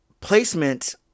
placement